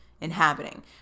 inhabiting